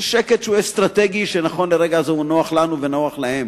זה שקט אסטרטגי שנכון לרגע זה הוא נוח לנו ונוח להם,